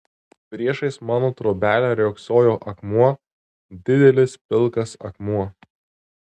priešais mano trobelę riogsojo akmuo didelis pilkas akmuo